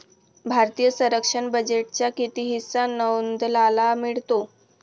भारतीय संरक्षण बजेटचा किती हिस्सा नौदलाला मिळतो?